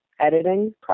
editing